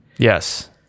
Yes